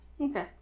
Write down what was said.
Okay